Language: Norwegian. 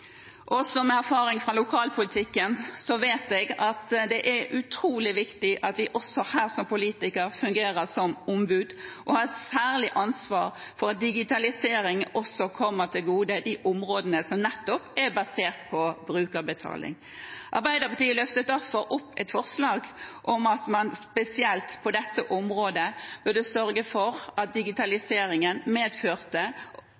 også her som politikere fungerer som ombud, og at vi har et særlig ansvar for at digitaliseringen også kommer de områdene som nettopp er basert på brukerbetaling, til gode. Arbeiderpartiet løftet derfor opp et forslag om at man spesielt på dette området burde sørge for at